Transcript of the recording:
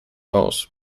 aus